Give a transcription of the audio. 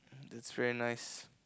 that's very nice